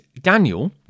Daniel